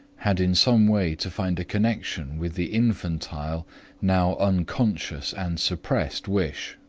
had in some way to find a connection with the infantile now unconscious and suppressed wish,